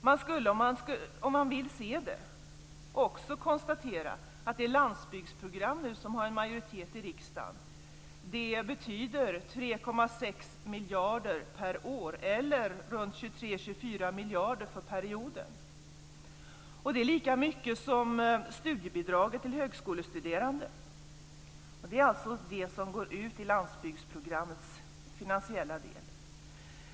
Man skulle, om man vill se det, också kunna konstatera att det landsbygdsprogram som det finns en majoritet för i riksdagen betyder 3,6 miljarder per år eller 23-24 miljarder för perioden. Det är alltså det som går ut i landsbygdsprogrammets finansiella del. Det är lika mycket som studiebidraget till högskolestuderande.